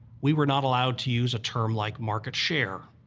we were not allowed to use a term like market share.